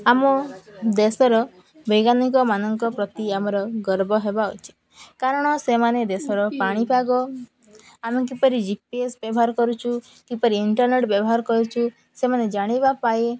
ଆମ ଦେଶର ବୈଜ୍ଞାନିକ ମାନଙ୍କ ପ୍ରତି ଆମର ଗର୍ବ ହେବା ଉଚିତ କାରଣ ସେମାନେ ଦେଶର ପାଣିପାଗ ଆମେ କିପରି ଜି ପି ଏସ୍ ବ୍ୟବହାର କରୁଛୁ କିପରି ଇଣ୍ଟରନେଟ୍ ବ୍ୟବହାର କରୁଛୁ ସେମାନେ ଜାଣିବା ପାଇଁ